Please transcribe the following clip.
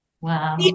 wow